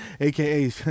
AKA